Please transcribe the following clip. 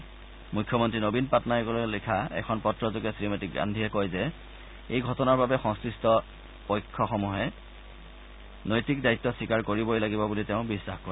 ওড়িশাৰ মুখ্যমন্ত্ৰী নবীন পাটনায়কলৈ লিখা এখন পত্ৰযোগে শ্ৰীমতী গান্ধীয়ে কয় যে এই ঘটনাৰ বাবে সংশ্লিষ্ট কৰ্ত্তপক্ষসমূহে নৈতিক দায়িত্ব স্বীকাৰ কৰিবই লাগিব বুলি তেওঁ বিশ্বাস কৰে